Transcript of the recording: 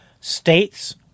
states